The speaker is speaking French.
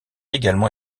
également